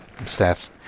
stats